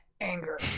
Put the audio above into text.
Anger